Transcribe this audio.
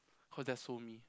cause that's so me